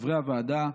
חברי הוועדה,